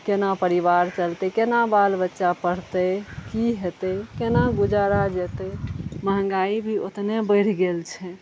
केना परिबार चलतै केना बाल बच्चा पढ़तै की हेतै केना गुजारा जेतै महङ्गाइ भी ओतने बढ़ि गेल छै